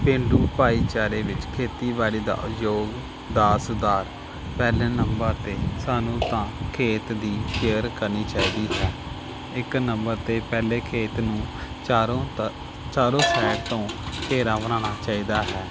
ਪੇਂਡੂ ਭਾਈਚਾਰੇ ਵਿੱਚ ਖੇਤੀਬਾੜੀ ਦਾ ਆਯੋਗ ਦਾ ਸੁਧਾਰ ਪਹਿਲੇ ਨੰਬਰ 'ਤੇ ਸਾਨੂੰ ਤਾਂ ਖੇਤ ਦੀ ਕੇਅਰ ਕਰਨੀ ਚਾਹੀਦੀ ਹੈ ਇੱਕ ਨੰਬਰ 'ਤੇ ਪਹਿਲਾਂ ਖੇਤ ਨੂੰ ਚਾਰੋਂ ਤ ਚਾਰੋਂ ਸਾਈਡ ਤੋਂ ਘੇਰਾ ਬਣਾਉਣਾ ਚਾਹੀਦਾ ਹੈ